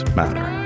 matter